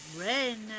rain